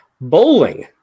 Bowling